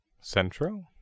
Central